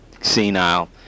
senile